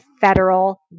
federal